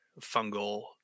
fungal